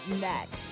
next